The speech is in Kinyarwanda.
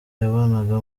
yabanaga